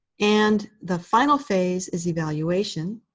and the final phase is evaluation.